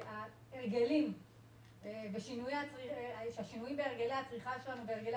ההרגלים והשינויים בהרגלי הצריכה שלנו ובהרגלי